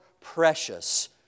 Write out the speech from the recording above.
precious